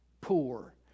poor